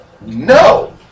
No